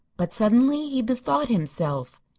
but suddenly he bethought himself.